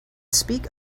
speak